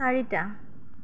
চাৰিটা